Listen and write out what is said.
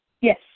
Yes